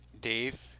Dave